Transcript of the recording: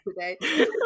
today